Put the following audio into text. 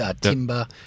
timber